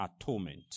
atonement